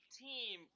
team